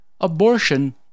Abortion